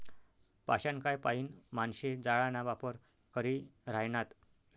पाषाणकाय पाईन माणशे जाळाना वापर करी ह्रायनात